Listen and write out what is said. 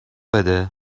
بده